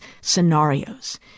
scenarios